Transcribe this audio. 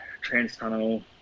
trans-tunnel